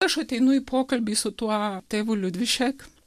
aš ateinu į pokalbį su tuo tėvu liudvišek